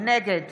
נגד